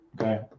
okay